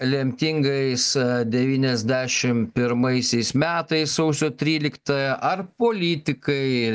lemtingais devyniasdešim pirmaisiais metais sausio tryliktąją ar politikai